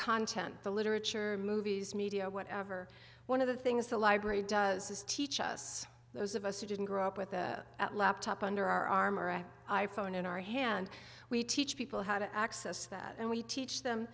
content the literature movies media whatever one of the things the library does is teach us those of us who didn't grow up with a laptop under armor and i phone in our hand we teach people how to access that and we teach them